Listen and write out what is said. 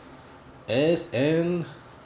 as an